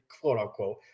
quote-unquote